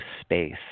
space